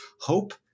hope